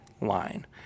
line